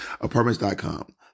Apartments.com